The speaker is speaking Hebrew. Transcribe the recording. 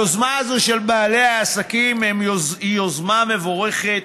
היוזמה הזאת של בעלי עסקים היא יוזמה מבורכת,